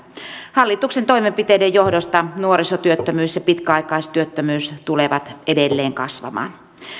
hallituksen toimenpiteiden johdosta nuorisotyöttömyys ja pitkäaikaistyöttömyys tulevat edelleen kasvamaan